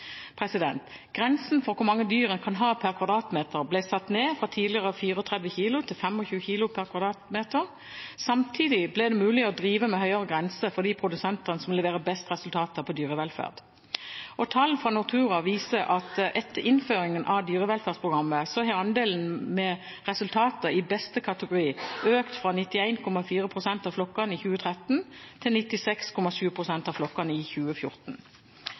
Grensen for hvor mange kilo dyr en kan ha per m2, ble satt ned fra tidligere 34 kg til 25 kg per m2. Samtidig ble det mulig å drive med høyere grense for de produsentene som leverer best resultater på dyrevelferd. Tall fra Nortura viser at etter innføringen av dyrevelferdsprogrammet har andelen med resultater i beste kategori økt fra 91,4 pst. av flokkene i 2013 til 96,7 pst. av flokkene i 2014.